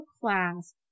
class